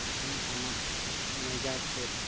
ᱛᱮᱦᱮᱧ ᱟᱢᱟᱜ ᱢᱮᱡᱟᱡᱽ ᱪᱮᱫ